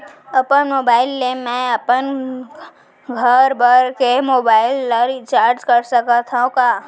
अपन मोबाइल ले मैं अपन घरभर के मोबाइल ला रिचार्ज कर सकत हव का?